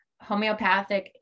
homeopathic